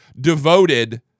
devoted